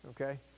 okay